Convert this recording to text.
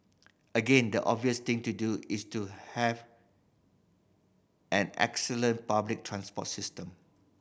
again the obvious thing to do is to have an excellent public transport system